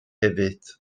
hefyd